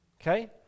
Okay